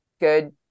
good